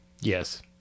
yes